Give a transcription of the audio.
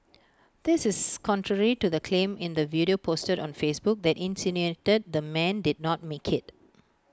this is contrary to the claim in the video posted on Facebook that insinuated the man did not make IT